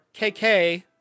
KK